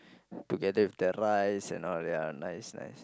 together with the rice and all ya nice nice